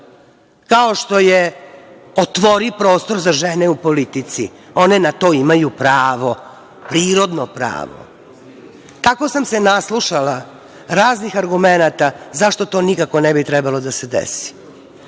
kao što je - otvori prostor za žene u politici, one na to imaju pravo, prirodno pravo. Tako sam se naslušala raznih argumenata zašto to nikako ne bi trebalo da se desi. Ne